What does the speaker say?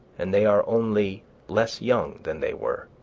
and they are only less young than they were.